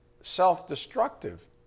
self-destructive